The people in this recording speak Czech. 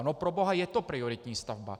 No proboha, je to prioritní stavba!